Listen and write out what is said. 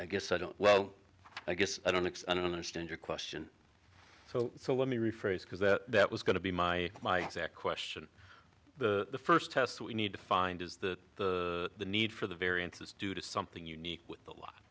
i guess i don't well i guess i don't mix i don't understand your question so so let me rephrase because that was going to be my my question the first test we need to find is that the need for the variance is due to something unique with the law